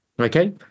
Okay